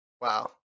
Wow